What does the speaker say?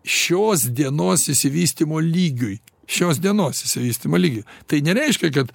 šios dienos išsivystymo lygiui šios dienos išsivystymo lygiui tai nereiškia kad